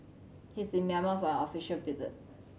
he is in Myanmar for an official visit